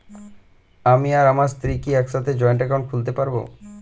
আমি আর আমার স্ত্রী কি একসাথে জয়েন্ট অ্যাকাউন্ট খুলতে পারি?